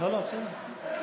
רוצחים שני ילדים,